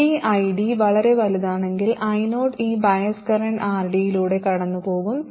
RD iD വളരെ വലുതാണെങ്കിൽ I0 ഈ ബയസ് കറൻറ് RD യിലൂടെ കടന്നുപോകും